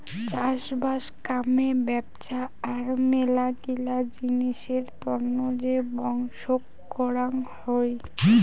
চাষবাস কামে ব্যপছা আর মেলাগিলা জিনিসের তন্ন যে বংশক করাং হই